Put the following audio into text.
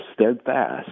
steadfast